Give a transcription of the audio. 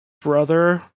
brother